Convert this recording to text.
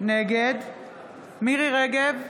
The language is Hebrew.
נגד מירי מרים רגב,